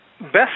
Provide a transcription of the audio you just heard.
best